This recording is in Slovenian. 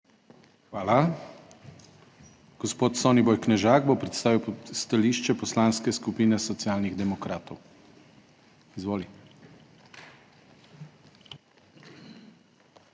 Hvala. Gospod Soniboj Knežak bo predstavil stališče Poslanske skupine Socialnih demokratov. Izvoli.